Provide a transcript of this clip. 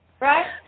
right